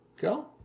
go